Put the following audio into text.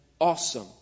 awesome